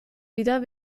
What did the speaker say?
wieder